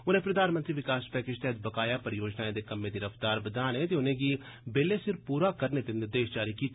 उनें प्रधानमंत्री विकास पैकेज तैह्त बकाया परियोजनाएं दे कम्में दी रफ्तार बधाने ते उनें'गी बेल्ले सिर पूरा करने दे निर्देश बी जारी कीते